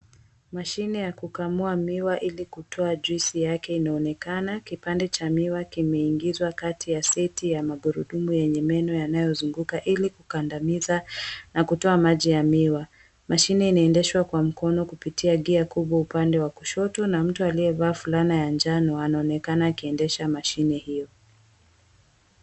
Mashine ya kukamua miwa ili kutoa juisi yake inaonekana. Kipande cha miwa kimeingizwa kati ya seti ya magurudumu yenye meno yanayozunguka ili kukandamiza na kutoa maji ya miwa. Mashine inaendeshwa kwa mkono kupitia gia kubwa upande wa kushoto na mtu aliyevaa fulana ya njano anaonekana akiendesha mashine hiyo.